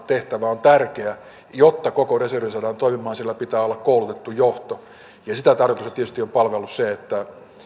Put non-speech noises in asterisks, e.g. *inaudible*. *unintelligible* tehtävä on tärkeä jotta koko reservi saadaan toimimaan sillä pitää olla koulutettu johto ja sitä tarkoitusta tietysti on palvellut se että